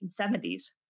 1970s